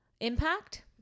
Impact